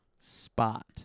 Spot